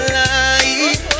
life